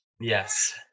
Yes